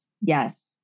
Yes